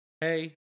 hey